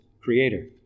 creator